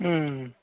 ହୁଁ